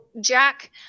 Jack